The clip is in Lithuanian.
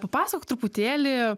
papasakok truputėlį